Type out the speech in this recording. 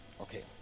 Okay